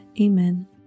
Amen